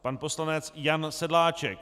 Pan poslanec Jan Sedláček.